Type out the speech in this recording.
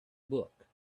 book